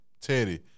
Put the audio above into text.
Teddy